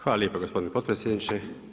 Hvala lijepo gospodine potpredsjedniče.